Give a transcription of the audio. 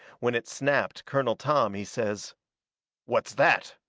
when it snapped colonel tom he says what's that?